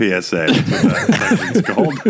PSA